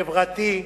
חברתי,